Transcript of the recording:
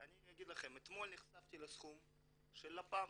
אתמול נחשפתי לסכום של לפ"מ,